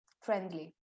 friendly